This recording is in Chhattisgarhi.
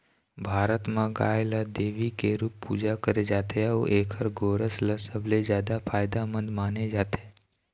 भारत म गाय ल देवी के रूप पूजा करे जाथे अउ एखर गोरस ल सबले जादा फायदामंद माने जाथे